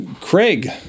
Craig